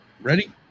Ready